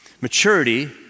Maturity